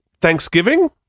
Thanksgiving